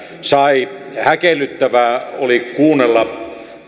sai häkellyttävää oli kuunnella